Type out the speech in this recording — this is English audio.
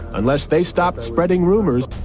unless they stopped spreading rumors.